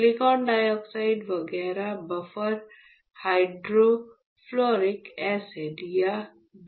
silicon dioxide वगैरह buffer hydrofluoric acid या BHF है